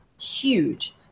huge